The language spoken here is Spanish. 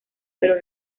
pero